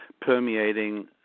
permeating